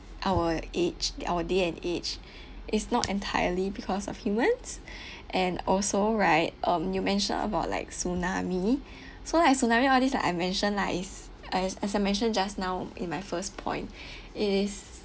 our age that our day and age is not entirely because of humans and also right um you mentioned about like tsunami so like tsunami all this like I mentioned lah is I as I mentioned just now in my first point it is